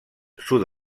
sud